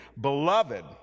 Beloved